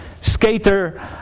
Skater